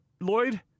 Lloyd